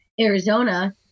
Arizona